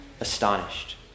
astonished